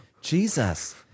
Jesus